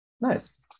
Nice